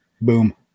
Boom